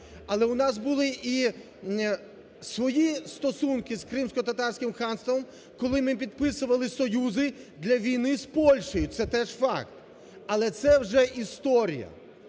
Але у нас були і свої стосунки з кримськотатарським ханством, коли ми підписували союзи для війни з Польщею. Це теж факт. Але це вже історія.